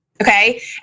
Okay